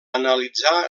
analitzar